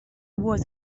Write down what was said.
was